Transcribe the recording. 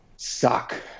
suck